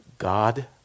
God